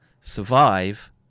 survive